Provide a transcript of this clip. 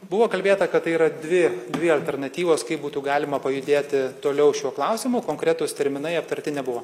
buvo kalbėta kad tai yra dvi dvi alternatyvos kaip būtų galima pajudėti toliau šiuo klausimu konkretūs terminai aptarti nebuvo